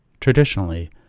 Traditionally